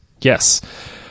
yes